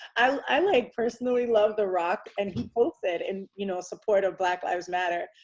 i like personally love the rock and he posted in you know support of black lives matter.